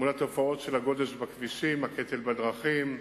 מול התופעות של הגודש בכבישים, הקטל בדרכים,